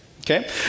okay